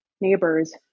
neighbors